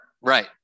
Right